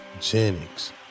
Jennings